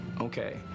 okay